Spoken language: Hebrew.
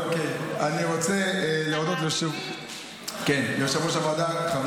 אני רוצה להודות ליושב-ראש הוועדה חבר